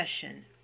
session